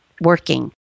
working